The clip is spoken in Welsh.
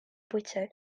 bwyty